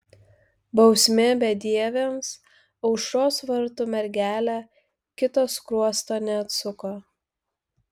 bausmė bedieviams aušros vartų mergelė kito skruosto neatsuko